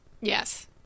Yes